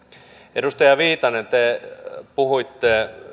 edustaja viitanen te puhuitte